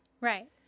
Right